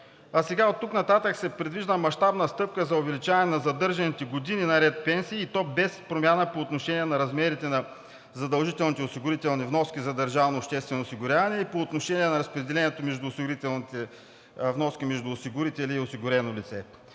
А сега, оттук нататък се предвижда мащабна стъпка за увеличаване на задържаните години наред пенсии, и то без промяна по отношение на размерите на задължителните осигурителни вноски за държавното обществено осигуряване и по отношение на разпределението между осигурителните вноски между осигурители и осигурено лице.